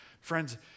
Friends